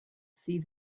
see